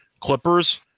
Clippers